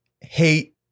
hate